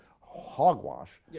hogwash